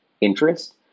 interest